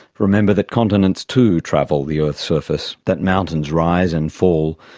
remember that continents too, travel the earth's surface, that mountains rise and fall,